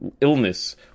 illness